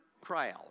crowd